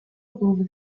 over